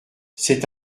c’est